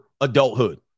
adulthood